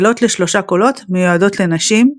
מקהלות לשלושה קולות מיועדת לנשים,